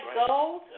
gold